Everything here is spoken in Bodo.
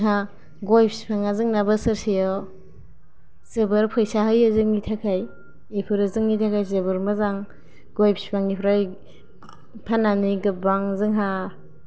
जोंहा गय फिफांया जोंना बोसोर सेयाव जोबोर फैसा होयो जोंनि थाखाय बेफोरो जोंनि थाखाय जोबोर मोजां गय फिफांनिफ्राय फाननानै गोबां जोंहा